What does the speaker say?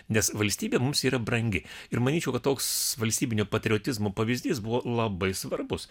nes valstybė mums yra brangi ir manyčiau kad toks valstybinio patriotizmo pavyzdys buvo labai svarbus